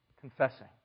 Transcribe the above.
confessing